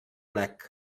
black